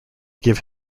give